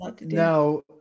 now